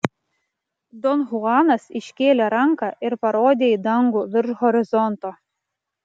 don chuanas iškėlė ranką ir parodė į dangų virš horizonto